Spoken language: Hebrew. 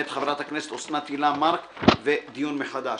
מאת חברת הכנסת אוסנת הילה מארק ודיון מחדש.